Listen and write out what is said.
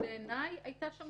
בעיניי הייתה שם